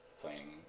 playing